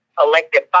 elected